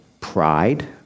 pride